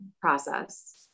process